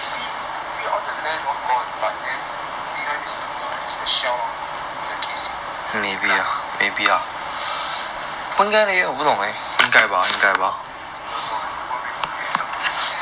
maybe maybe all the lens all gone but then only you know left the shell you know the casing the glass don't know go remove then you tell me